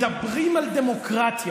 מדברים על דמוקרטיה,